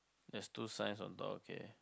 there's two signs on top okay